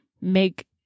make